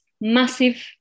massive